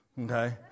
okay